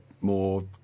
more